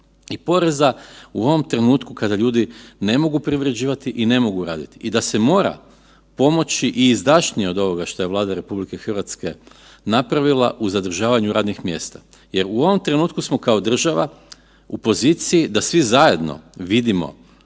i poreza u ovom trenutku kada ljudi ne mogu privređivati i ne mogu raditi i da se mora pomoći i izdašnije od ovoga što je Vlada RH napravila u zadržavanju radnih mjesta. Jer u ovom trenutku smo kao država u poziciji da svi zajedno vidimo